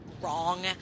wrong